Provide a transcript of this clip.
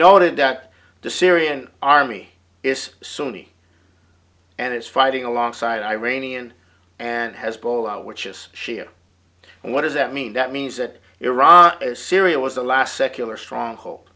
noted that the syrian army is sunni and it's fighting alongside iranian and hezbollah which is shia and what does that mean that means that iran syria was the last secular stronghold